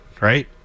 right